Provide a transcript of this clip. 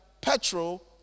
petrol